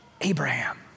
Abraham